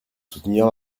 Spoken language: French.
soutenir